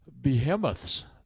behemoths